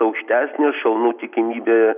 aukštesnė šalnų tikimybė